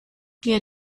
wir